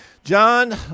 John